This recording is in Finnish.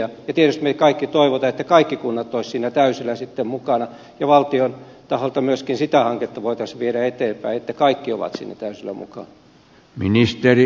tietysti me kaikki toivomme että kaikki kunnat olisivat siinä täysillä sitten mukana ja valtion taholta myöskin sitä hanketta voitaisiin viedä eteenpäin että kaikki ovat siinä täysillä mukana